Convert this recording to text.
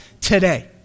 today